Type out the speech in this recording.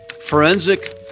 forensic